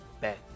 back